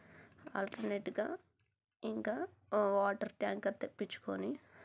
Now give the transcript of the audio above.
ఆల్టర్నేట్గా ఇంకా ఓ వాటర్ ట్యాంకర్ తెప్పించుకోని